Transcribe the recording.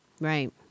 Right